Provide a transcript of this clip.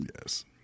Yes